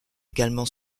également